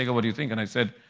ah what do you think? and i said,